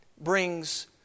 brings